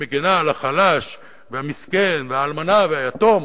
שמגינה על החלש והמסכן ועל האלמנה ועל היתום,